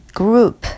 group